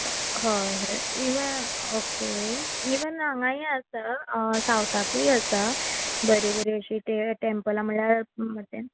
हय हय इवॅ ओके इवन हांगाय आसा सावताकूय आसा बरीं बरीं अशीं ते टॅम्पलां म्हळ्ळ्यार तें